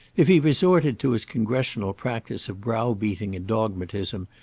if he resorted to his congressional practise of browbeating and dogmatism,